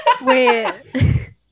Wait